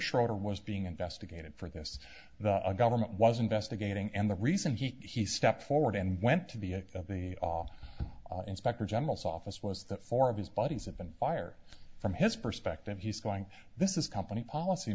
schroeder was being investigated for this the government was investigating and the reason he stepped forward and went to the end of the law inspector general's office was that four of his buddies have been fired from his perspective he's going this is company policy